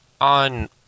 on